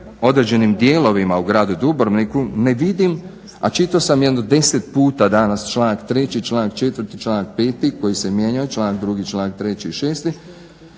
određenim dijelovima u gradu Dubrovniku, ne vidim, a čitao sam jedno 10 puta danas članak 3., članak 4., članak 5. koji se mijenjao, članak 2., članak 3. i 6.,